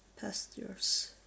Pastures